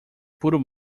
puro